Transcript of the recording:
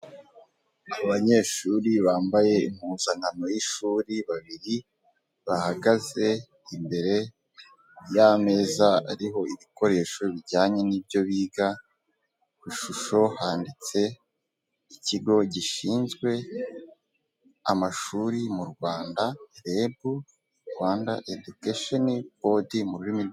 Abanyeshuri bambaye impuzankano y'ishuri babiri bahagaze imbere y'ameza ariho ibikoresho bijyanye n'i ibyo biga ku ishusho handitse ikigo gishinzwe amashuri mu rwanda rebu rwanda educasheni bodi muri rurimi...